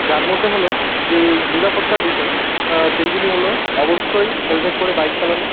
যার মধ্যে হল যে এই নিরাপত্তার বিষয় সেইগুলি হল অবশ্যই হেলমেট পরে বাইক চালানো